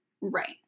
Right